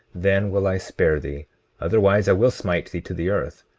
then will i spare thee otherwise i will smite thee to the earth.